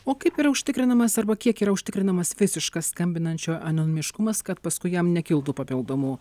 o kaip yra užtikrinamas arba kiek yra užtikrinamas visiškas skambinančio anonimiškumas kad paskui jam nekiltų papildomų